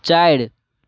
चारि